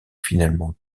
finalement